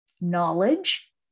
knowledge